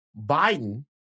Biden